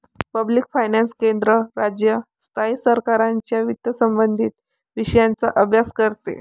public finance केंद्र, राज्य, स्थायी सरकारांच्या वित्तसंबंधित विषयांचा अभ्यास करते